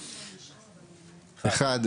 אחד.